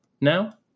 now